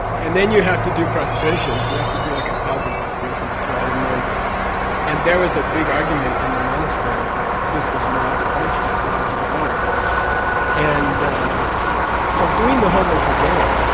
and then you have to do prostrations, you have to do like a thousand prostrations to all the monks and there was a big argument in the monastery that this was not a punishment. this was an honor and so doing the homeworks again.